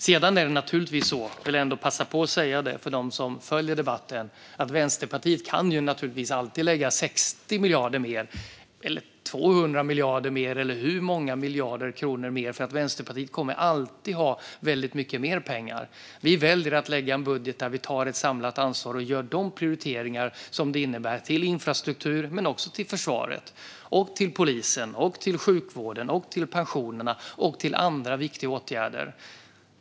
Sedan är det naturligtvis så - jag vill passa på att säga det till dem som följer debatten - att Vänsterpartiet naturligtvis alltid kan lägga 60 miljarder mer eller 200 miljarder mer eller hur många miljarder mer som helst, för Vänsterpartiet kommer alltid att ha väldigt mycket mer pengar. Vi väljer att lägga en budget där vi tar ett samlat ansvar och gör de prioriteringar som behövs till infrastruktur, till försvaret, till polisen, till sjukvården, till pensionerna och till andra viktiga åtgärder.